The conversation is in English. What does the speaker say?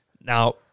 Now